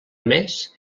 més